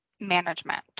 management